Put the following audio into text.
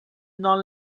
not